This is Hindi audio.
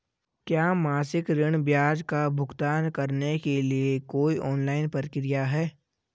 क्या मासिक ऋण ब्याज का भुगतान करने के लिए कोई ऑनलाइन प्रक्रिया है?